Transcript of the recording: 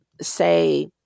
say